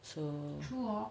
so